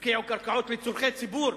הפקיעו קרקעות לצורכי ציבור.